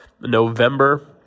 November